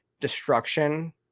destruction